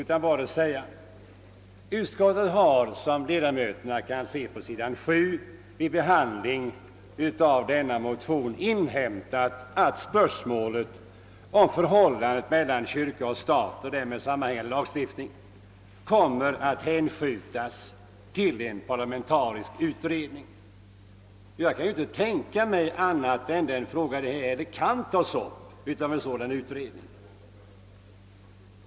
Utskottet har som kammarens ledamöter kan se på s. 7 vid behandlingen av motionerna inhämtat att spörsmålet om förhållandet mellan kyrka och stat och därmed sammanhängande lagstiftning kommer att hänskjutas till en parlamentarisk utredning. Jag kan inte tänka mig annat än att den fråga det nu gäller kan tas upp av en sådan utredning.